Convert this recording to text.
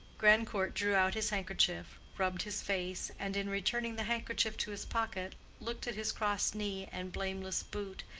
grandcourt drew out his handkerchief, rubbed his face, and in returning the handkerchief to his pocket looked at his crossed knee and blameless boot,